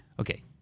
okay